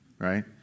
right